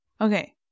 Okay